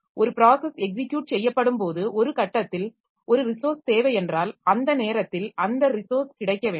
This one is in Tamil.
ஒரு ப்ராஸஸ் எக்ஸிக்யுட் செய்யப்படும் போது ஒரு கட்டத்தில் ஒரு ரிசோர்ஸ் தேவை என்றால் அந்த நேரத்தில் அந்த ரிசோர்ஸ் கிடைக்க வேண்டும்